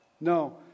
No